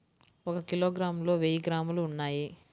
ఒక కిలోగ్రామ్ లో వెయ్యి గ్రాములు ఉన్నాయి